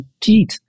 teeth